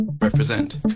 represent